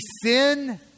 sin